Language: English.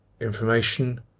information